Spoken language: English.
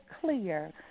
clear